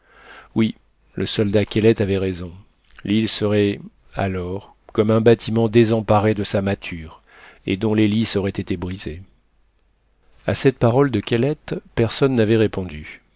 oui le soldat kellet avait raison l'île serait alors comme un bâtiment désemparé de sa mâture et dont l'hélice aurait été brisée à cette parole de kellet personne n'avait répondu